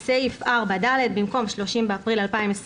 3. "בסעיף 4(ד) במקום "30 באפריל 2021"